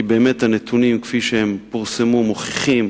כי הנתונים כפי שהם פורסמו מוכיחים